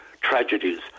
tragedies